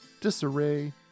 disarray